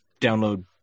download